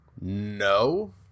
no